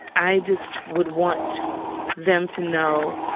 i just would want them to know,